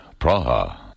Praha